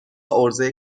عرضهی